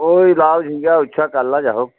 ওই লাউ ঝিঙে উচ্ছে কারলা যা হোক